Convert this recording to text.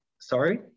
Sorry